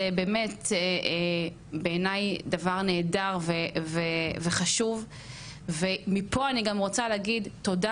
זה באמת בעיניי דבר נהדר וחשוב ומפה אני גם רוצה להגיד תודה